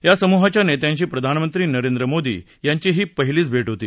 या समूहाच्या नेत्यांशी प्रधानमंत्री नरेंद्र मोदी यांची ही पहिलीच भेट होती